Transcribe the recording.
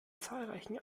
zahlreichen